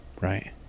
Right